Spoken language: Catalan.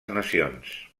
nacions